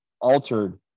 altered